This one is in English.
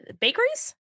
bakeries